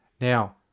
Now